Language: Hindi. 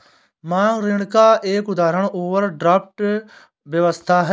मांग ऋण का एक उदाहरण ओवरड्राफ्ट व्यवस्था है